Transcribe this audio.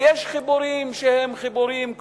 ויש חיבורים שהם חיבורים,